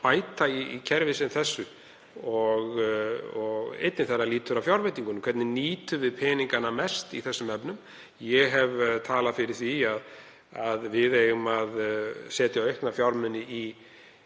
bæta í kerfi sem þessu, einnig þegar kemur að fjárveitingunni. Hvernig nýtum við peningana best í þessum efnum? Ég hef talað fyrir því að við eigum að setja aukna fjármuni í